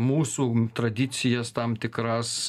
mūsų tradicijas tam tikras